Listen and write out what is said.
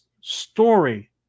story